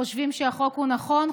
חושבים שהחוק הוא נכון,